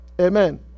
Amen